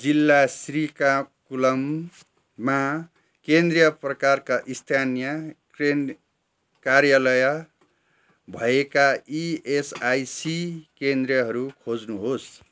जिल्ला श्रीकाकुलममा केन्द्रीय प्रकारका स्थानीय कार्यालय भएका इएसआइसी केन्द्रहरू खोज्नुहोस्